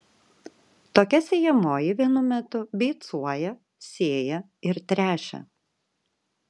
tokia sėjamoji vienu metu beicuoja sėja ir tręšia